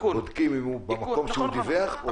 בודקים אם הוא במקום שהוא דיווח או לא.